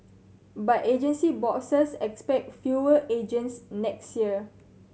but agency bosses expect fewer agents next year